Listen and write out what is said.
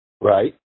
Right